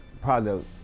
product